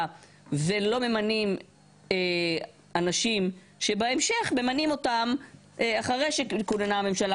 ולא ממנים אנשים שבהמשך ממנים אותם אחרי שכוננה הממשלה,